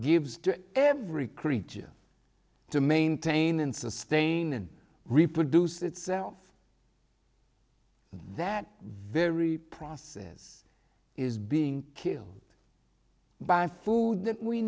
gives to every creature to maintain and sustain and reproduce itself that very process is being killed by food that we